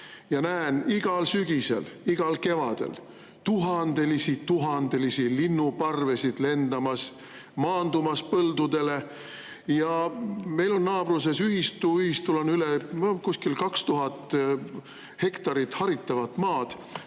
ja näen igal sügisel, igal kevadel tuhandelisi ja tuhandelisi linnuparvesid lendamas, maandumas põldudele. Meil on naabruses ühistu, ühistul on kuskil 2000 hektarit haritavat maad.